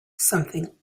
something